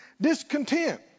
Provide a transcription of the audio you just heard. discontent